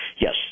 yes